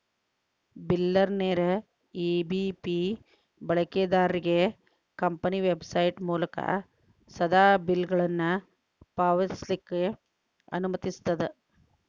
ಬಿಲ್ಲರ್ನೇರ EBP ಬಳಕೆದಾರ್ರಿಗೆ company website ಮೂಲಕಾ ಸೇದಾ ಬಿಲ್ಗಳನ್ನ ಪಾವತಿಸ್ಲಿಕ್ಕೆ ಅನುಮತಿಸ್ತದ